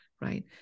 right